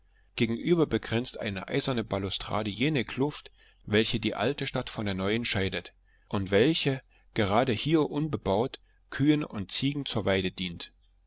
gegenüber begrenzt eine eiserne balustrade jene kluft welche die alte stadt von der neuen scheidet und welche gerade hier unbebaut kühen und ziegen zur weide dient